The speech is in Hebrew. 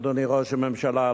אדוני ראש הממשלה,